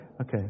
Okay